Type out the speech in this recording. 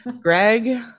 greg